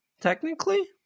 technically